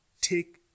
take